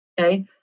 Okay